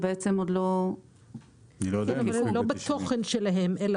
לא בתוכן שלהן.